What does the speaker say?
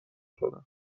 شدم